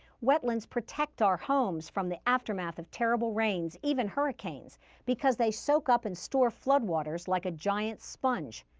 wetlands protect our homes from the aftermath of terrible rains, even hurricanes because they soak up and store floodwaters like a giant sponge.